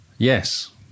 Yes